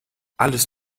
alles